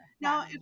Now